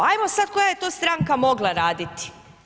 Ajmo sad koja je to stranka mogla raditi.